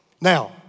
Now